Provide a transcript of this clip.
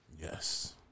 Yes